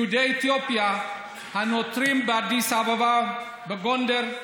יהודי אתיופיה הנותרים, באדיס אבבה, בגונדר,